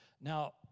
Now